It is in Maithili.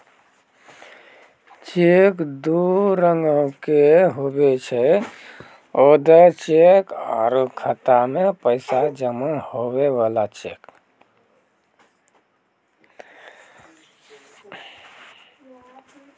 चेक दू रंगोके हुवै छै ओडर चेक आरु खाता मे पैसा जमा हुवै बला चेक